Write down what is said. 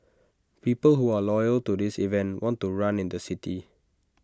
people who are loyal to this event want to run in the city